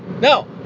No